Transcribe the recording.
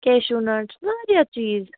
cashew نَٹٕس وارِیاہ چیٖز